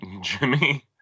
Jimmy